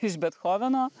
iš bethoveno